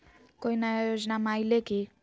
कोइ नया योजनामा आइले की?